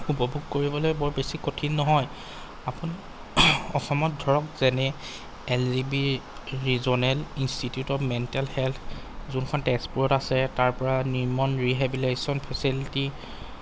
উপভোগ কৰিবলৈ বৰ বেছি কঠিন নহয় আপুনি অসমত ধৰক যেনে L G B regional institute of mental health যোনখন তেজপুৰত আছে তাৰপৰা নিৰ্মল ৰিহেবিলেশ্যন ফেচিলিটি